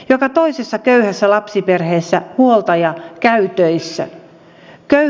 joka toisessa köyhässä lapsiperheessä huoltaja käy töissä